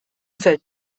fällt